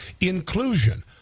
inclusion